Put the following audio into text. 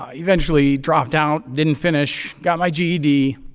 ah eventually dropped out. didn't finish. got my ged.